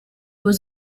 was